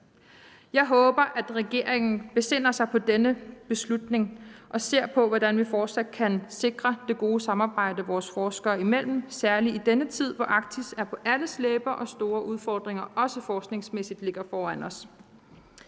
Jeg håber, at regeringen besinder sig i forhold til denne beslutning og vil se på, hvordan vi fortsat kan sikre det gode samarbejde vores forskere imellem, særlig i denne tid, hvor Arktis er på alles læber og store udfordringer, også forskningsmæssigt, ligger foran os.